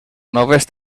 noves